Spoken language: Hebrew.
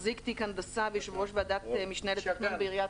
מחזיק תיק הנדסה ויושב ראש ועדת משנה לתכנון בעיריית